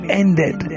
ended